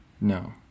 No